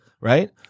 Right